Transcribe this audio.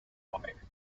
fire